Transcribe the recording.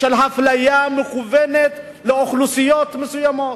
של אפליה מכוונת של אוכלוסיות מסוימות,